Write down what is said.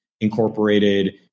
incorporated